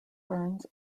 ferns